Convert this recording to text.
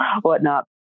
whatnot